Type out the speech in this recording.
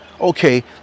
Okay